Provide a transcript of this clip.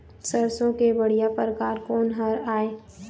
सरसों के बढ़िया परकार कोन हर ये?